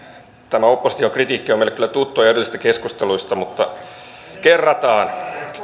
tämä opposition kritiikki on meille kyllä tuttua jo edellisistä keskusteluista mutta kerrataan